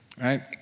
right